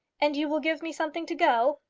and you will give me something to go?